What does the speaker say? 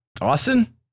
Austin